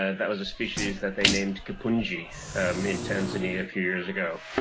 ah that was a species that they named kipunji um in tanzania a few years ago.